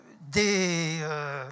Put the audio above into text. des